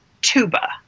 tuba